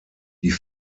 die